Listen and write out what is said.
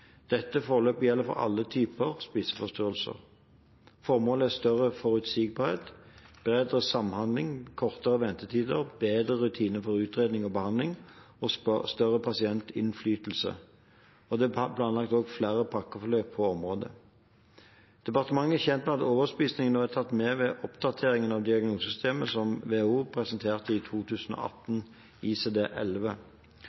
Dette forløpet gjelder for alle typer spiseforstyrrelser. Formålet er større forutsigbarhet, bedre samhandling, kortere ventetider, bedre rutiner for utredning og behandling og større pasientinnflytelse. Det er også planlagt flere pakkeforløp på området. Departementet er kjent med at overspising ble tatt med ved oppdateringen av diagnosesystemet som WHO presenterte i